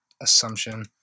assumption